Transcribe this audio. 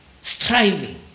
striving